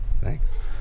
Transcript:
Thanks